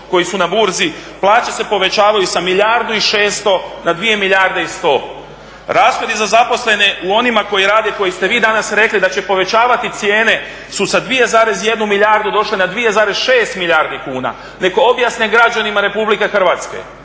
koji su na burzi, plaća se povećavaju sa milijardu i 600, na 2 milijarde i 100. Rashodi za zaposlene u onima koji rade, koji ste vi danas rekli da će povećavati cijene su sa 2,1 milijardu došli na 2,6 milijardi kuna. Neka objasne građanima RH zbog čega će